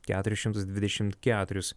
keturis šimtus dvidešimt keturis